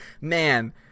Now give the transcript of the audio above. man